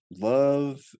Love